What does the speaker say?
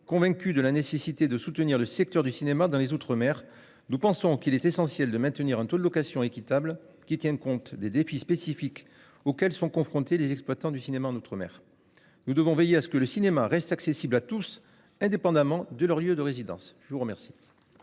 convaincu de la nécessité de soutenir le secteur du cinéma dans les outre-mer. Nous pensons qu'il est essentiel de maintenir un taux de location équitable qui tienne compte des défis spécifiques auxquels sont confrontés les exploitants du cinéma en outre-mer. Nous devons veiller à ce que le cinéma reste accessible à tous indépendamment de leur lieu de résidence. Je vous remercie.